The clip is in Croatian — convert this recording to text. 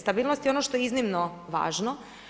Stabilnost je ono što je iznimno važno.